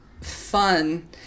fun